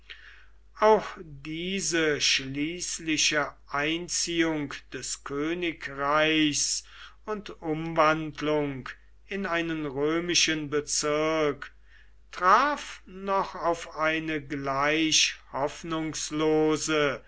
auch diese schließliche einziehung des königreichs und umwandlung in einen römischen bezirk traf noch auf eine gleich hoffnungslose